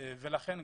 לכן,